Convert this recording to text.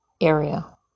area